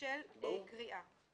באמצעות הסמכות לגריעת שטחים